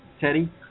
Teddy